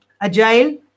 agile